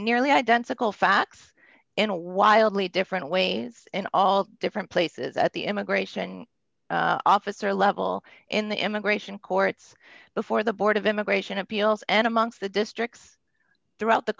nearly identical facts in a wildly different ways in all different places at the immigration officer level in the immigration courts before the board of immigration appeals and amongst the districts throughout the